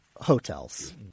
Hotels